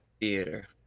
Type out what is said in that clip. theater